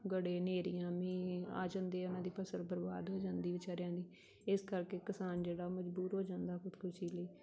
ਗੜ੍ਹੇ ਹਨੇਰੀਆਂ ਮੀਂਹ ਆ ਜਾਂਦੇ ਆ ਉਹਨਾਂ ਦੀ ਫ਼ਸਲ ਬਰਬਾਦ ਹੋ ਜਾਂਦੀ ਵਿਚਾਰਿਆਂ ਦੀ ਇਸ ਕਰਕੇ ਕਿਸਾਨ ਜਿਹੜਾ ਮਜ਼ਬੂਰ ਹੋ ਜਾਂਦਾ ਖੁਦਕੁਸ਼ੀ ਲਈ